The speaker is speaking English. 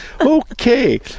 Okay